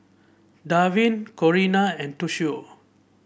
Dwain Corina and Toshio